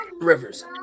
Rivers